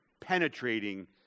penetrating